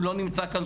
הוא לא נמצא כאן,